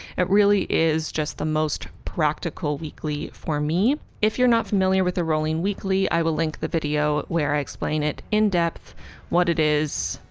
it really is just the most practical weekly for me. if you're not familiar with the rolling weekly i will link the video where i explain it in depth what it is,